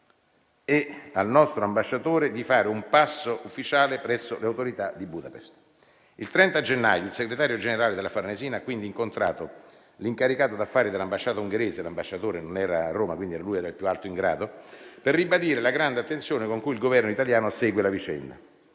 e al nostro ambasciatore di fare un passo ufficiale presso le autorità di Budapest. Il 30 gennaio il segretario generale della Farnesina ha quindi incontrato l'incaricato d'affari dell'ambasciata ungherese - l'ambasciatore non era a Roma, quindi lui era il più alto in grado - per ribadire la grande attenzione con cui il Governo italiano segue la vicenda.